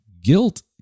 Guilt